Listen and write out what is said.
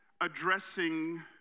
addressing